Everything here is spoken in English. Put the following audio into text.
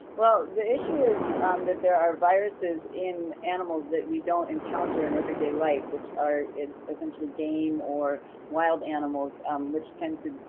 well the issue is that there are viruses in animals that we don't encounter in everyday life, which are essentially game or wild animals um which tend to,